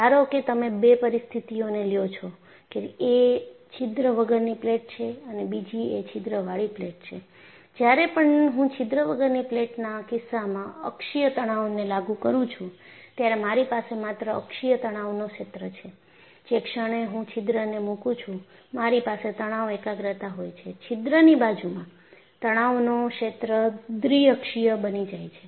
ધારો કે તમે બે પરિસ્થિતિઓ ને લ્યો છો એક એ છિદ્ર વગરની પ્લેટ છે અને બીજી એ છિદ્ર વાળી પ્લેટ છે જ્યારે પણ હું છિદ્ર વગરની પ્લેટના કિસ્સામાં અક્ષીય તણાવને લાગુ કરું છું ત્યારે મારી પાસે માત્ર અક્ષીય તણાવનો ક્ષેત્ર છે જે ક્ષણે હું છિદ્ર ને મૂકું છું મારી પાસે તણાવ એકાગ્રતા હોય છે છિદ્રની બાજુમાં તણાવનો ક્ષેત્ર દ્વિ અક્ષીય બની જાય છે